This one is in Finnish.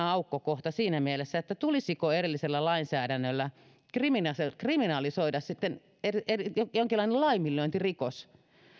aukkokohdan siinä mielessä tulisiko sitten erillisellä lainsäädännöllä kriminalisoida kriminalisoida jonkinlainen laiminlyöntirikos